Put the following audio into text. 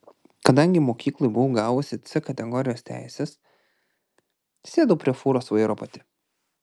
kadangi mokykloje buvau gavusi c kategorijos teises sėdau prie fūros vairo pati